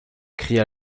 cria